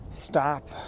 stop